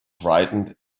frightened